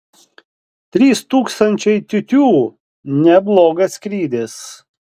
trys tūkstančiai tiū tiū neblogas skrydis